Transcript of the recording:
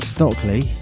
Stockley